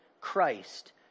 Christ